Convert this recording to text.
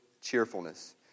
cheerfulness